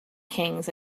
kings